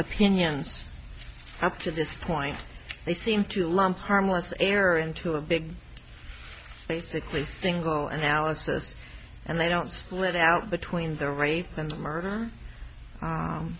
opinions up to this point they seem to lump harmless error into a big basically single alice's and they don't split out between the rape and murder